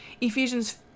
Ephesians